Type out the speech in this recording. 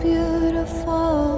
Beautiful